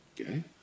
Okay